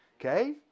Okay